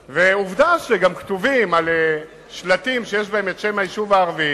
ועובדה שעל שלטים שיש בהם את שם היישוב הערבי